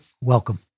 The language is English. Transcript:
welcome